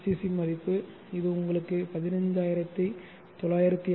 C மதிப்பு இது உங்களுக்கு ரூ 15906